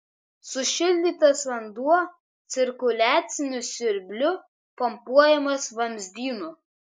sušildytas vanduo cirkuliaciniu siurbliu pumpuojamas vamzdynu